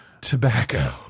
Tobacco